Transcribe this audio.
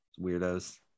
weirdos